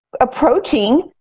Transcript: approaching